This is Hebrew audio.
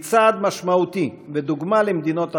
היא צעד משמעותי ודוגמה למדינות העולם,